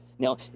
Now